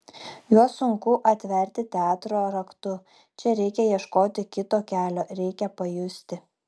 juos sunku atverti teatro raktu čia reikia ieškoti kito kelio reikia pajusti